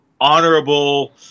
honorable